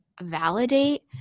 validate